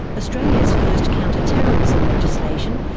australia's first counter-terrorism legislation,